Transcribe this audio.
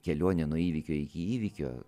kelionė nuo įvykio iki įvykio